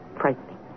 frightening